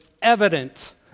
evident